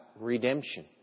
redemption